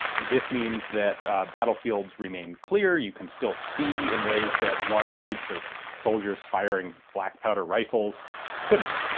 this means that battlefields remain clear, you can still see in ways that large groups of soldiers firing black powder rifles couldn't.